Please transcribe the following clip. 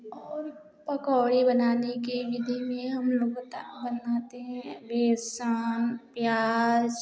और पकौड़ी बनाने की विधि में हम लोग बनाते हैं बेसन प्याज